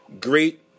great